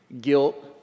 guilt